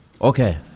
Okay